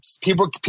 people